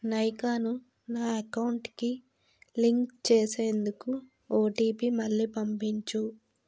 నైకాను నా ఎకౌంట్కి లింక్ చేసేందుకు ఓటీపీ మళ్ళీ పంపించు